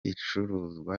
icuruzwa